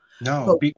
No